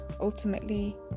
ultimately